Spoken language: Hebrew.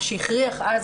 מה שהכריח אז,